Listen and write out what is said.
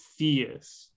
Theus